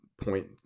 point